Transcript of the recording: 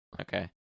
Okay